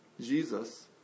Jesus